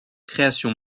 création